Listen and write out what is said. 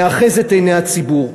מאחז את עיני הציבור.